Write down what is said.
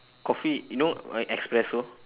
coffee you know like espresso